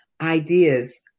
Ideas